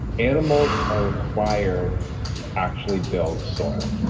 animals are required to actually build soil.